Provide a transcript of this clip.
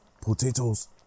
potatoes